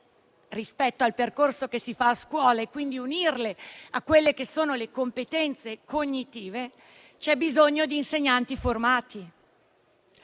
rispetto al percorso che si fa a scuola, unendole alle competenze cognitive, c'è bisogno di insegnanti formati.